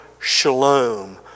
shalom